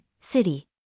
City